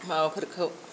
माबाफोरखौ